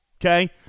Okay